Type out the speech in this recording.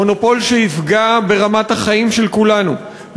מונופול שיפגע ברמת החיים של כולנו,